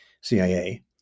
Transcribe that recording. CIA